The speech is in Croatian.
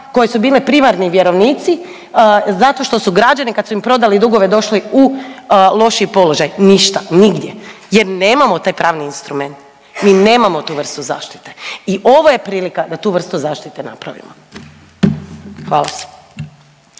koje su bile primarni vjerovnici zato što su građani kad su im prodali dugove došli u lošiji položaj, ništa, nigdje jer nemamo taj pravni instrument, mi nemamo tu vrstu zaštite i ovo je prilika da tu vrstu zaštite napravimo. Hvala.